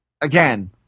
Again